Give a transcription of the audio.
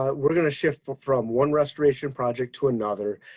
ah we're going to shift from one restoration project to another.